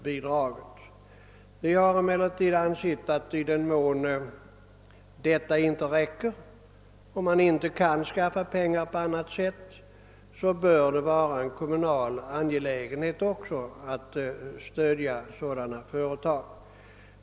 Vi har emellertid ansett att i den mån de inte räcker till och man inte kan skaffa pengar på annat sätt bör det vara en kommunal angelägenhet att stödja sådana företag.